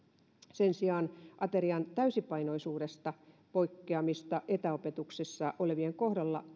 sen sijaan aterian täysipainoisuudesta poikkeamista etäopetuksessa olevien kohdalla